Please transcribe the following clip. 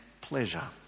pleasure